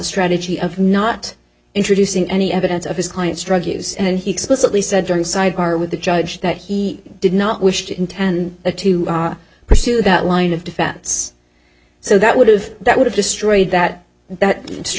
strategy of not introducing any evidence of his client's drug use and he explicitly said during sidebar with the judge that he did not wish to intend to pursue that line of defense so that would have that would have destroyed that that